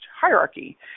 hierarchy